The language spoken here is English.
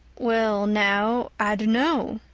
well now, i dunno,